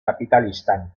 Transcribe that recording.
kapitalistan